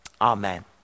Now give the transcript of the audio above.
Amen